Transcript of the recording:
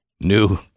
new